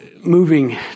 Moving